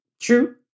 true